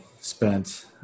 spent